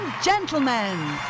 Gentlemen